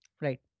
right